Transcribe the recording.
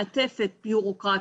מעטפת בירוקרטית.